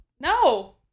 No